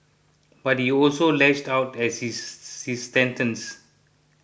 but he also lashed out as his his sentence